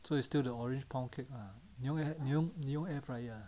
so it's still the orange pound cake ah 你用你用你用 air fryer